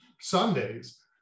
Sundays